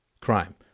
crime